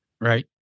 right